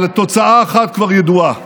אבל תוצאה אחת כבר ידועה: